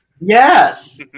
Yes